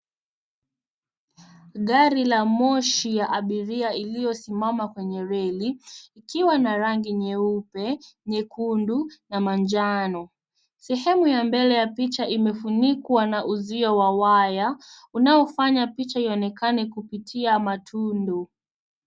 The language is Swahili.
Gari la moshi ya abiria iliyosimama kwenye reli ikiwa na rangi nyeupe, nyekundu na manajno. Sehemu ya mbele ya picha imefunikwa na uzio wa waya unaofanya picha ionekane kupitia matundu.